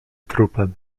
trupem